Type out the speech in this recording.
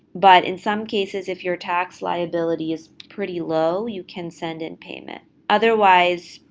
but, in some cases, if your tax liability is pretty low, you can send in payment otherwise,